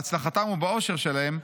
בהצלחתם ובאושר שלהם,